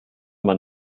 man